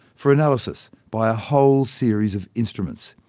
for analysis by a whole series of instruments.